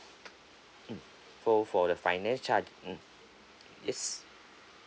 mm for for the finance charge mm yes